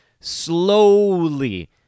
Slowly